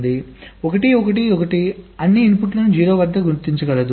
కాబట్టి 1 1 1 అన్ని ఇన్పుట్లను 0 వద్ద గుర్తించగలదు